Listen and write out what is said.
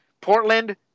Portland